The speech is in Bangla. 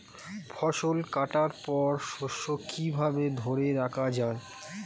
ফসল কাটার পর শস্য কিভাবে ধরে রাখা য়ায়?